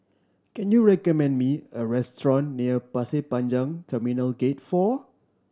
can you recommend me a restaurant near Pasir Panjang Terminal Gate Four